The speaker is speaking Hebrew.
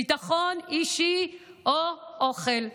ביטחון אישי או אוכל ומזון.